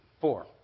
four